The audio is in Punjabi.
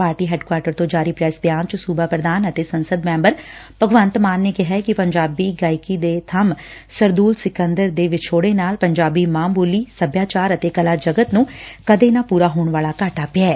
ਪਾਰਟੀ ਹੈਡਕੁਆਟਰ ਤੋਂ ਜਾਰੀ ਪ੍ਰੈਸ ਬਿਆਨ ਚ ਸੁਬਾ ਪ੍ਰਧਾਨ ਅਤੇ ਸੰਸਦ ਮੈਬਰ ਭਗਵੰਤ ਮਾਨ ਨੇ ਕਿਹੈ ਕਿ ਪੰਜਾਬੀ ਗਾਇਕੀ ਦੇ ਬੰਮ ਸਰਦੁਲ ਸਿਕੰਦਰ ਦੇ ਵਿਛੋੜੱ ਨਾਲ ਪੰਜਾਬੀ ਮਾਂ ਬੋਲੀ ਸਭਿਆਚਾਰ ਅਤੇ ਕਲਾ ਜਗਤ ਨੂੰ ਕਦੇ ਨਾ ਪੁਰਾ ਹੋਣ ਵਾਲਾ ਘਾਟਾ ਪਿਐ